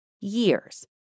years